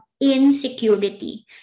insecurity